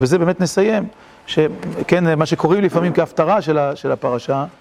וזה באמת נסיים, כן, מה שקוראים לפעמים כהפטרה של הפרשה.